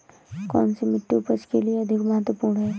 कौन सी मिट्टी उपज के लिए अधिक महत्वपूर्ण है?